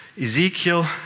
Ezekiel